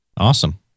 Awesome